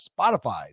Spotify